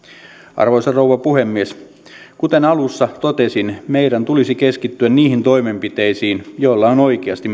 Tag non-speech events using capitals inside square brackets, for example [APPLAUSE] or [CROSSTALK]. arvoisa rouva puhemies kuten alussa totesin meidän tulisi keskittyä niihin toimenpiteisiin joilla on oikeasti [UNINTELLIGIBLE]